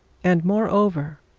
and, moreover,